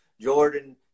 Jordan